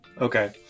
Okay